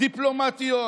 דיפלומטיות